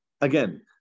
Again